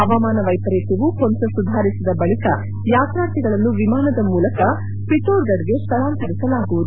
ಹವಾಮಾನ ವೈಪರೀತ್ಯವು ಕೊಂಚ ಸುಧಾರಿಸಿದ ಬಳಿಕ ಯಾತಾರ್ಥಿಗಳನ್ನು ವಿಮಾನದ ಮೂಲಕ ಪಿತೋಡ್ಗಢ್ಗೆ ಸ್ಥಳಾಂತರಿಸಲಾಗುವುದು